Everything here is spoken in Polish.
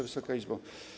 Wysoka Izbo!